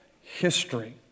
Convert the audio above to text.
history